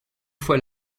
fois